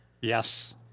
Yes